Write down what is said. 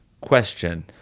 question